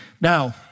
Now